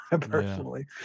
personally